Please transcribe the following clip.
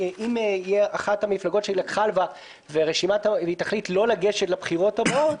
שאם אחת המפלגות שלקחה הלוואה תחליט לא לגשת לבחירות הבאות,